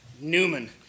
Newman